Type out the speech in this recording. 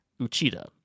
uchida